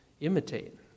imitate